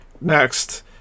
next